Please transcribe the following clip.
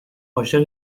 عاشق